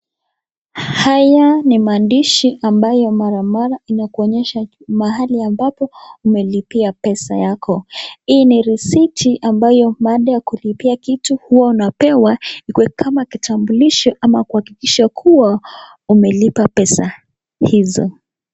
Haya ni maandishi ambayo mara mara inakuonyesha mahali ambapo umelipia pesa yako. Hii ni risiti ambayo baada ya kulipia kitu huwa unapewa iwe kama kitambulisho ama kuakikisha kuwa umelipa pesa hizo.